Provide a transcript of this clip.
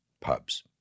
pubs